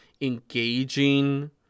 engaging